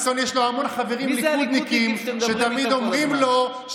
מי הליכודניקים שאתם מדברים איתם כל הזמן?